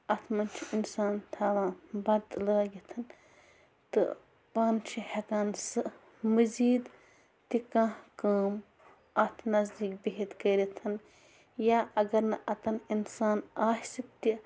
اَتھ منٛز چھِ اِنسان تھاوان بَتہٕ لٲگِتھ تہِ پانہٕ چھِ ہٮ۪کان سُہ مزیٖد تہِ کانٛہہ کٲم اَتھ نزدیٖک بِہِتھ کٔرِتھ یا اگر نہٕ اَتَن اِنسان آسہِ تہِ